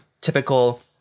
typical